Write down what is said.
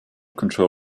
control